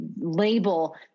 label